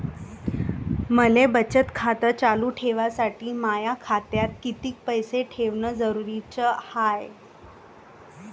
मले बचत खातं चालू ठेवासाठी माया खात्यात कितीक पैसे ठेवण जरुरीच हाय?